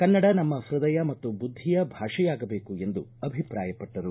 ಕನ್ನಡ ನಮ್ಮ ಪೃದಯ ಮತ್ತು ಬುದ್ದಿಯ ಭಾಷೆಯಾಗಬೇಕು ಎಂದು ಅಭಿಪ್ರಾಯಪಟ್ಟರು